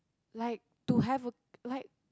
like to have a like